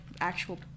Actual